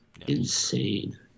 Insane